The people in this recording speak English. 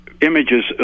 images